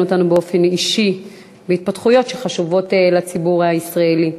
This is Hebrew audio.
אותנו באופן אישי בהתפתחויות שחשובות לציבור הישראלי.